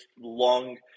long